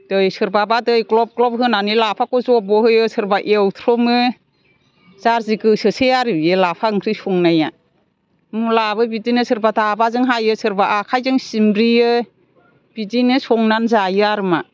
दै सोरबाबा दै ग्लब ग्लब होनानै लाफाखौ जब्ब' होयो सोरबाबा एवथ्रमो जार जि गोसोसै आरो बे लाफा ओंख्रि संनाया मुलायाबो बिदिनो सोरबा दाबाजों हायो सोरबा आखाइजों सिम्ब्रियो बिदिनो संनानै जायो आरो मा